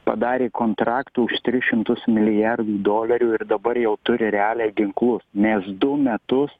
padarė kontraktų už tris šimtus milijardų dolerių ir dabar jau turi realiai ginklus mes du metus